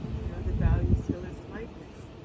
you know the value still is lightness.